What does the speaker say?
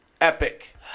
Epic